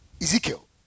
Ezekiel